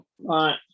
Right